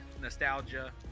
nostalgia